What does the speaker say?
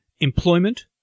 employment